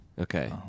Okay